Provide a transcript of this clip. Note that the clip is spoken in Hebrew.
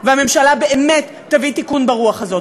שהממשלה באמת תביא תיקון ברוח הזאת.